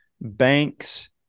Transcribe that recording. banks